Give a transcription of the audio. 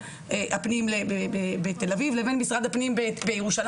הפנים בתל אביב לבין משרד הפנים בירושלים.